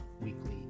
Weekly